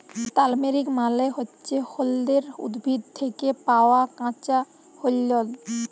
turmeric মালে হচ্যে হল্যদের উদ্ভিদ থ্যাকে পাওয়া কাঁচা হল্যদ